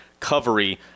Covery